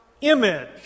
image